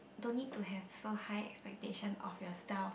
don't need to have so high expectation of yourself